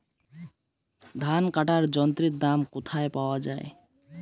ধান কাটার যন্ত্রের দাম কোথায় পাওয়া যায়?